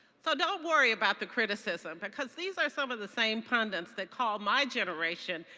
so don't worry about the criticism because these are some of the same pundits that call my generation,